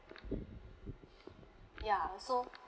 ya so